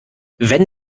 wenn